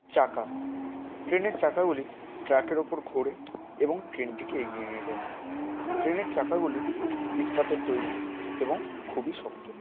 চাকা ট্রেনের চাকাগুলি ট্র্যাকের ওপর ঘোরে এবং ট্রেনটিকে এগিয়ে নিয়ে যায় ট্রেনের চাকাগুলি ইস্পাতের তৈরি এবং খুবই শক্ত